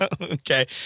Okay